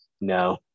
no